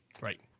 Right